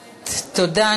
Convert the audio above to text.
תודה.